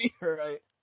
Right